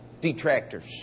detractors